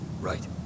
right